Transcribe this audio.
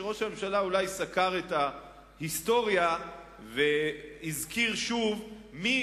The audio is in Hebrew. שראש הממשלה אולי סקר את ההיסטוריה והזכיר שוב מי